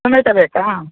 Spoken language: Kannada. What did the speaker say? ಟೊಮೆಟೊ ಬೇಕಾ